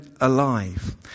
alive